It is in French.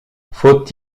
faut